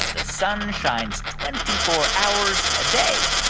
the sun shines twenty four hours a day?